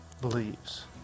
believes